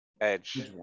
Edge